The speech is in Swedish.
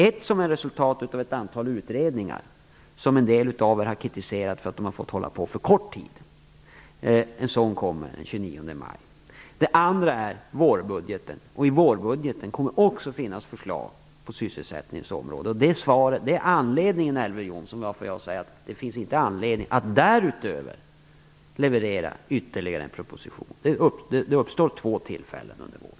Den ena är resultatet av ett antal utredningar som en del av riksdagens ledamöter har kritiserat för att de inte har fått pågå under tillräckligt lång tid. Den kommer den 29 maj. Den andra är vårbudgeten. I den kommer det också att finnas förslag på sysselsättningens område. Det är anledningen, Elver Jonsson, till varför jag säger att det inte finns någon anledning att därutöver leverera ytterligare en proposition. Det uppstår två tillfällen under våren.